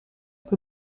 peu